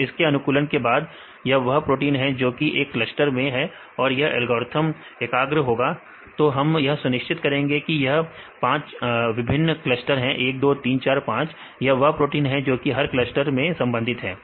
तो इसके अनुकूलन के बाद यह वह प्रोटीन है जो कि एक क्लस्टर मैं है तो जब एल्गोरिथ्म एकाग्र होगा तो हम यह सुनिश्चित करेंगे कि यह पांच विभिन्न क्लस्टर है 12345 यह वह प्रोटीन है जो कि हर एक क्लस्टर से संबंधित है